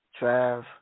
Trav